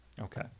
Okay